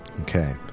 Okay